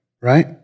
right